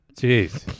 Jeez